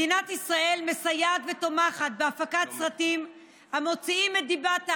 מדינת ישראל מסייעת ותומכת בהפקת סרטים המוציאים את דיבת הארץ.